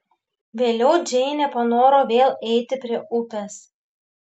vėliau džeinė panoro vėl eiti prie upės